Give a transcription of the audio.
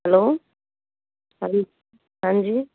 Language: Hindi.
हेलो